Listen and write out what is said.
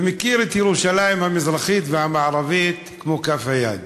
ומכיר את ירושלים המזרחית והמערבית כמו את כף היד.